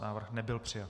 Návrh nebyl přijat.